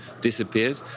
disappeared